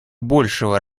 большего